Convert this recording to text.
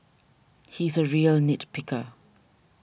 he is a real nit picker